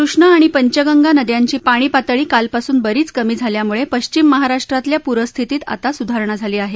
कृष्णा आणि पंचगंगा नद्यांची पाणी पातळी कालपासून बरीच कमी झाल्यामुळे पश्विम महाराष्ट्रातल्या पूरस्थितीत आता सुधारणा झाली आहे